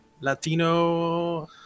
Latino